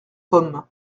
pomme